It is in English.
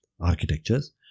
architectures